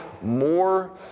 more